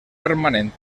permanent